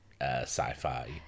sci-fi